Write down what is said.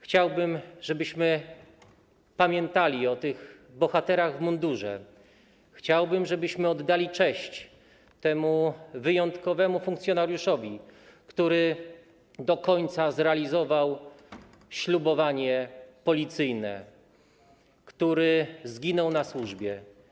Chciałbym, żebyśmy pamiętali o tych bohaterach w mundurze, chciałbym, żebyśmy oddali cześć temu wyjątkowemu funkcjonariuszowi, który do końca zrealizował ślubowanie policyjne, który zginął na służbie.